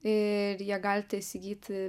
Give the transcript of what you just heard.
ir ją galite įsigyti